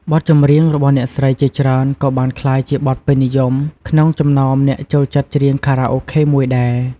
បទចម្រៀងរបស់អ្នកស្រីជាច្រើនក៏បានក្លាយជាបទពេញនិយមក្នុងចំណោមអ្នកចូលចិត្ចច្រៀងខារ៉ាអូខេមួយដែរ។